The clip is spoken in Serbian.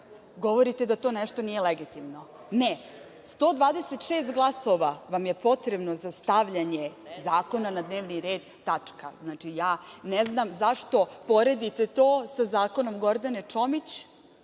govorite da to nešto nije legitimno? Ne, 126 glasova vam je potrebno za stavljanje zakona na dnevni red. Tačka. Ja ne znam zašto poredite to sa zakonom Gordane Čomić